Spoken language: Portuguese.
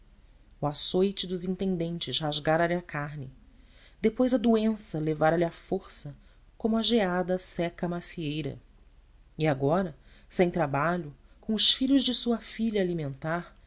o açoute dos intendentes rasgara lhe a carne depois a doença levara lhe a força como a geada seca a macieira e agora sem trabalho com os filhos de sua filha a alimentar